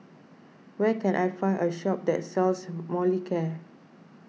where can I find a shop that sells Molicare